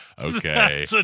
Okay